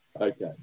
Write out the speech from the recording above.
Okay